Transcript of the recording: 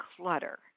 clutter